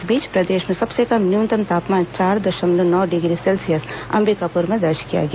इस बीच प्रदेश में सबसे कम न्यूनतम तापमान चार दशमलव नौ डिग्री सेल्सियस अंबिकापुर में दर्ज किया गया